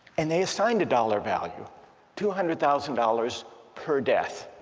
and they assigned a dollar value two hundred thousand dollars per death